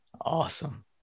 Awesome